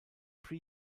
pre